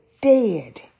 dead